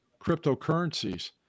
cryptocurrencies